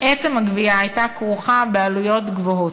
הגבייה עצמה הייתה כרוכה בעלויות גבוהות.